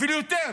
אפילו יותר.